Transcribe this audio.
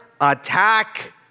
attack